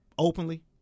Openly